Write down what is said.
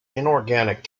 inorganic